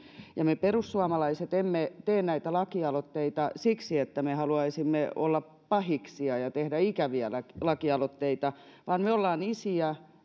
me perussuomalaiset emme tee näitä lakialoitteita siksi että me haluaisimme olla pahiksia ja tehdä ikäviä lakialoitteita vaan me olemme isiä